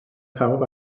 pawb